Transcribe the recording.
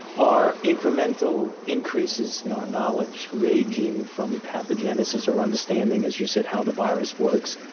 are incremental increases in our knowledge ranging from pathogenesis or understanding as you said how the virus works,